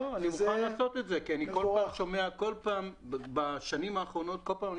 אני מוכן לעשות את זה כי כל פעם בשנים האחרונות אני